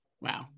Wow